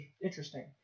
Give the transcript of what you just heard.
interesting